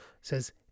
says